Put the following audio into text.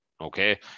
Okay